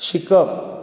शिकप